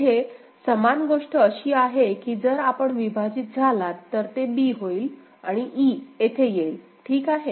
येथे समान गोष्ट अशी आहे की जर आपण विभाजित झालात तर ते b होईल आणि e येथे येईल ठीक आहे